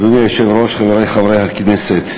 אדוני היושב-ראש, חברי חברי הכנסת,